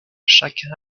chacun